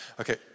Okay